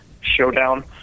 showdown